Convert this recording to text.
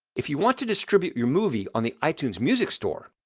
if you want to distribute your movie on the itunes music store.